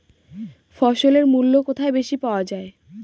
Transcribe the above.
ফসলের মূল্য কোথায় বেশি পাওয়া যায়?